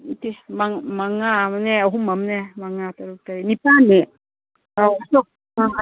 ꯅꯠꯇꯦ ꯃꯉꯥ ꯑꯃꯅꯦ ꯑꯍꯨꯝ ꯑꯃꯅꯦ ꯃꯉꯥ ꯇꯔꯨꯛ ꯇꯔꯦꯠ ꯅꯤꯄꯥꯟꯅꯦ